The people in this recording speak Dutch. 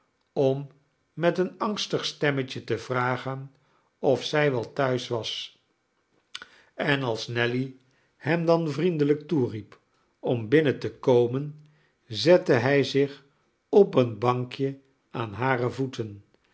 om met een angstig stemmetje te vragenofzij welthuis was en als nelly hem dan vriendelijk toeriep om binnen te komen zette hij zich op een bankje aan hare voeten